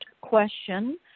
question